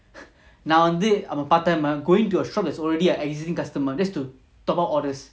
நான்வந்து:nan vandhu I'm a part timer I'm going into a shop that's already a existing customer just to top up orders